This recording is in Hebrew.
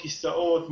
בכיסאות,